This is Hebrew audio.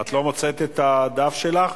את לא מוצאת את הדף שלך?